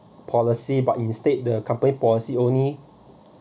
policy but instead the company policy only